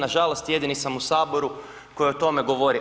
Nažalost, jedini sam u saboru koji o tome govori.